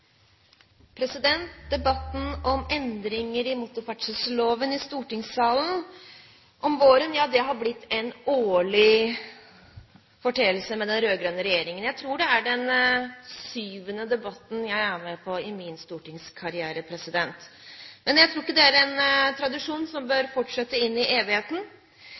Debatten om endringer i motorferdselsloven har blitt en årlig foreteelse i stortingssalen om våren med den rød-grønne regjeringen. Jeg tror det er den sjuende debatten jeg er med på i min stortingskarriere, men jeg tror ikke dette er en tradisjon som bør fortsette inn i evigheten.